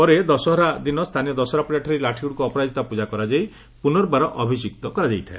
ପରେ ଦଶହରା ଦିନ ସ୍ଚାନୀୟ ଦଶହରା ପଡ଼ିଆଠାରେ ଏହି ଲାଠିଗୁଡ଼ିକୁ ଅପରାଜିତା ପୁଜା କରାଯାଇ ପୁନର୍ବାର ଅଭିଷିକ୍ତ କରାଯାଇଥାଏ